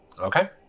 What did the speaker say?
Okay